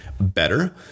better